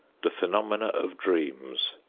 the phenomena of dreams,